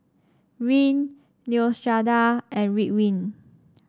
Rene Neostrata and Ridwind